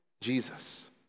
Jesus